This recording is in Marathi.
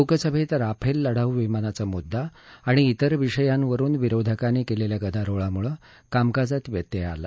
लोकसभेत राफेल लढाऊ विमानाचा मुद्दा आणि विर विषयांवरुन विरोधकांनी केलेल्या गदारोळामुळे कामकाजात व्यत्यय आला